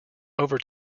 over